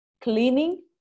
cleaning